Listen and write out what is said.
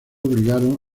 obligaron